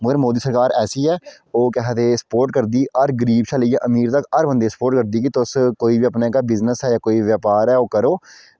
मगर मोदी सरकार ऐसी ऐ ओह् केह् आखदे सपोट करदी हर गरीब शा लेइयै अमीर तक गर बंदे सपोट करदी कि तुस कोई बी अपना जेह्का बिजनस ऐ कोई बी व्यापार ऐ ओह् करो